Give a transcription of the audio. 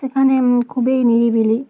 সেখানে খুবই নিরিবিলি